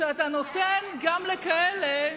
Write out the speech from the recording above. שאתה נותן גם לכאלה,